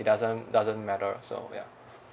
it doesn't doesn't matter so ya